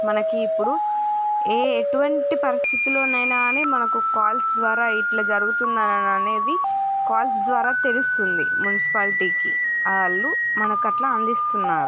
మనకి ఇప్పుడు ఏ ఎటువంటి పరిస్థితిలోనైనా అని మనకు కాల్స్ ద్వారా ఇట్లా జరుగుతుంది అని అనేది కాల్ ద్వారా తెలుస్తుంది మ్యూనిసిపాలిటికి వాళ్ళు మనకి అట్లా అందిస్తున్నారు